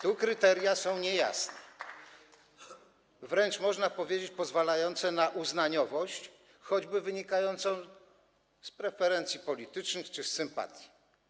Tu kryteria są niejasne, wręcz można powiedzieć, że pozwalające na uznaniowość, choćby wynikającą z preferencji politycznych czy z sympatii.